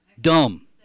dumb